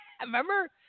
Remember